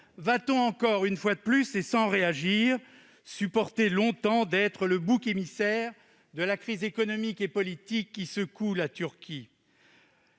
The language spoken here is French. va-t-on une fois de plus et sans réagir supporter longtemps d'être le bouc émissaire de la crise économique et politique qui secoue la Turquie ?